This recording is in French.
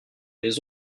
les